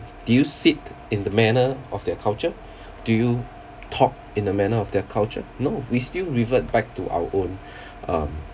do you sit in the manner of their culture do you talk in a manner of their culture no we still revert back to our own um